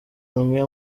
imwe